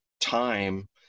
time